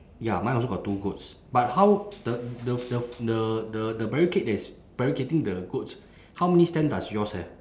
ya mine also got two goats but how the the the the the barricade that is barricading the goats how many stands does yours have